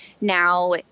Now